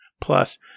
Plus